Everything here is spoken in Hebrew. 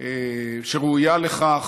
שראויה לכך,